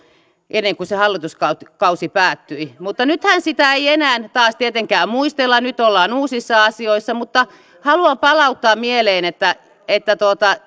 ennen kuin se hallituskausi päättyi mutta nythän sitä ei enää taas tietenkään muistella nyt ollaan uusissa asioissa mutta haluan palauttaa sen mieleen